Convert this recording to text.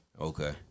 okay